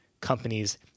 companies